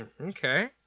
okay